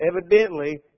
Evidently